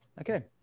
Okay